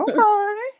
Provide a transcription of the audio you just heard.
Okay